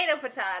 potato